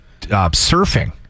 surfing